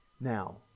now